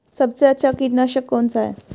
सबसे अच्छा कीटनाशक कौन सा है?